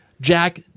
jack